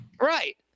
right